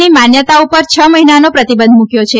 ની માન્યતા ઉપર છ મહિનાનો પ્રતિબંધ મૂક્યો છે